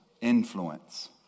influence